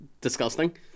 disgusting